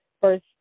first